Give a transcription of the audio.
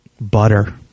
butter